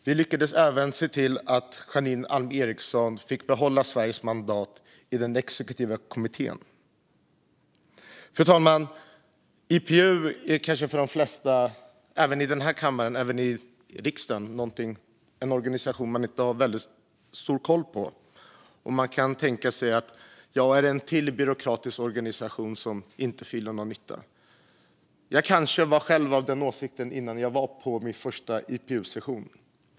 Vi lyckades även se till att Janine Alm Ericson fick behålla Sveriges mandat i den exekutiva kommittén. Fru talman! IPU är kanske för de flesta även här i riksdagens kammare en organisation som man inte har så stor koll på. Är det ännu en byråkratisk organisation som inte gör någon nytta, kan man tänka. Jag var kanske själv av den åsikten innan jag var på min första IPU-session.